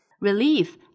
Relief